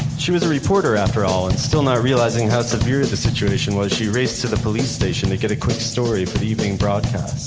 she was a reporter after all and still not realizing how severe the situation was, she raced to the police station to get a quick story for the evening broadcast.